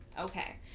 okay